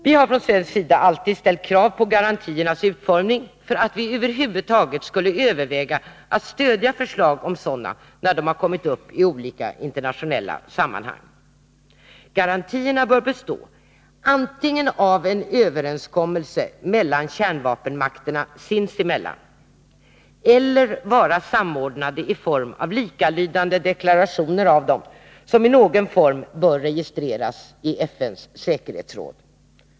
Vi har därför ställt krav på garantiernas utformning för att vi över huvud taget skulle överväga att stödja förslag om sådana, när de har kommit upp i olika internationella sammanhang. Garantierna bör bestå antingen av en överenskommelse mellan kärnvapenmakterna sinsemellan eller vara samordnade i form av likalydande deklarationer av dessa, som i någon form bör registreras av FN:s säkerhetsråd.